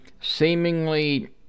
seemingly